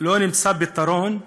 לא נמצא פתרון,